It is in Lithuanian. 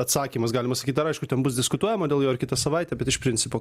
atsakymas galima sakyt dar aišku ten bus diskutuojama dėl jo ir kitą savaitę bet iš principo